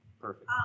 Perfect